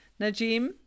najim